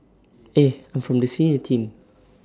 eh I'm from the senior team